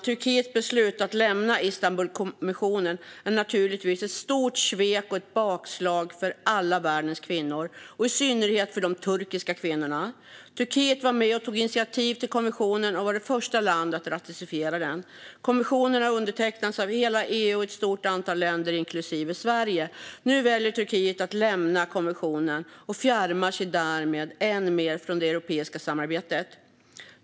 Turkiets beslut att lämna Istanbulkonventionen är naturligtvis ett stort svek och ett bakslag för alla världens kvinnor och i synnerhet för de turkiska kvinnorna. Turkiet var med och tog initiativ till konventionen och var också första land att ratificera den. Konventionen har undertecknats av hela EU och ett stort antal länder inklusive Sverige. Nu väljer Turkiet att lämna konventionen och fjärmar sig därmed än mer från det europeiska samarbetet.